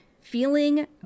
feeling